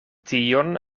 tion